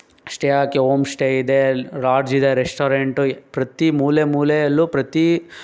stay ಆಗಕ್ಕೆ home stay ಇದೆ lodge ಇದೆ ರೆಸ್ಟೋರೆಂಟು ಪ್ರತಿ ಮೂಲೆ ಮೂಲೆಯಲ್ಲೂ ಪ್ರತೀ